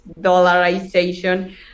dollarization